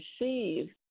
receive